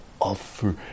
offer